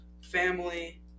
family